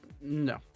No